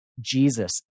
Jesus